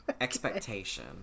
expectation